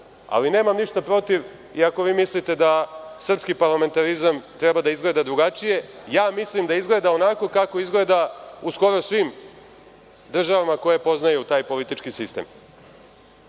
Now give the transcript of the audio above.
Nemam ništa protiv i ako vi mislite da srpski parlamentarizam treba da izgleda drugačije. Ja mislim da izgleda onako kako izgleda u skoro svim državama koje poznaju taj politički sistem. Što